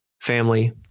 family